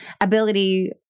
ability